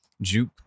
juke